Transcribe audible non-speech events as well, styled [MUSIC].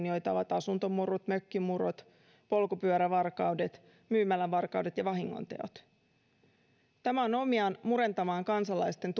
[UNINTELLIGIBLE] joita ovat asuntomurrot mökkimurrot polkupyörävarkaudet myymälävarkaudet ja vahingonteot tämä on omiaan murentamaan kansalaisten [UNINTELLIGIBLE]